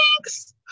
thanks